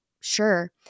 sure